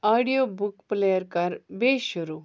audio book player کر بیٚیِہ شروع